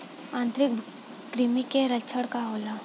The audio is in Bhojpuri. आंतरिक कृमि के लक्षण का होला?